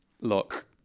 look